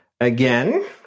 Again